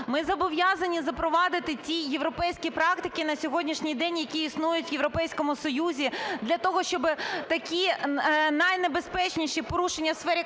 ми зобов'язані запровадити ті європейські практики на сьогоднішній день, які існують в Європейському Союзі для того, щоб такі найнебезпечніші порушення у сфері